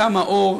כמה אור,